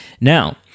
Now